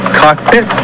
cockpit